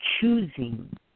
choosing